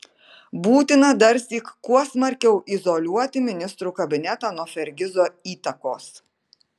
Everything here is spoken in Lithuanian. būtina darsyk kuo smarkiau izoliuoti ministrų kabinetą nuo fergizo įtakos